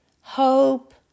hope